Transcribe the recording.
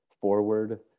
forward